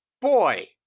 boy